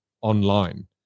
online